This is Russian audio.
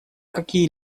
какие